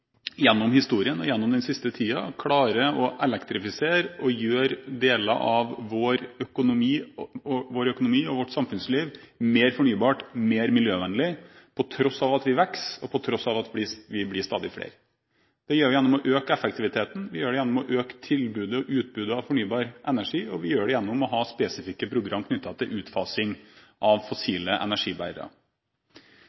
gjennom historien og gjennom den siste tiden klarer å elektrifisere og gjøre deler av vår økonomi og vårt samfunnsliv mer fornybart og mer miljøvennlig, på tross av at vi vokser og på tross av at vi blir stadig flere. Det gjør vi gjennom å øke effektiviteten, vi gjør det gjennom å øke tilbudet og utbudet av fornybar energi, og vi gjør det gjennom å ha spesifikke program knyttet til utfasing av